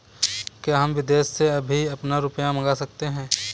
क्या हम विदेश से भी अपना रुपया मंगा सकते हैं?